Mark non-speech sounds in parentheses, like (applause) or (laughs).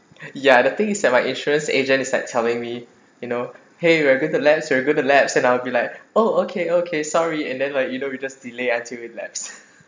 ya the thing is that my insurance agent is like telling me you know !hey! you're going to lapse you're going to lapse and I'll be like oh okay okay sorry and then like you know you just delay until it lapse (laughs)